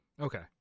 okay